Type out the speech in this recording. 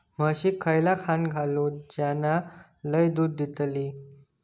म्हशीक खयला खाणा घालू ज्याना लय दूध देतीत?